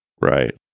Right